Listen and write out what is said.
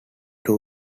two